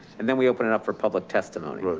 and then we opened it up for public testimony. right.